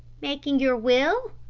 making your will?